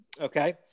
Okay